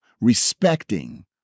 respecting